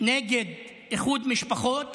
נגד איחוד משפחות,